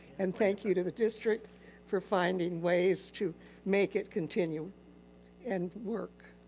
and thank you to the district for finding ways to make it continue and work.